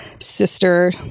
Sister